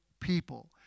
people